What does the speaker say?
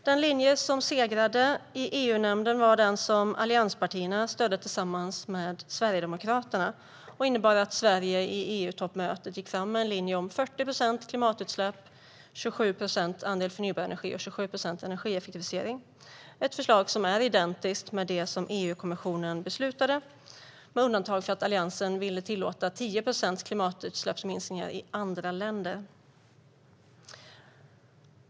Den linje som segrade i EU-nämnden var den som allianspartierna stödde tillsammans med Sverigedemokraterna och som innebar att Sverige vid EU-toppmötet gick fram med en linje om 40 procents minskade klimatutsläpp, 27 procent förnybar energi och 27 procents energieffektivisering - ett förslag som är identiskt med det som EU-kommissionen beslutade om, med undantag för att Alliansen ville tillåta 10 procents klimatutsläppsminskningar i andra länder.